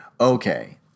Okay